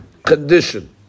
Condition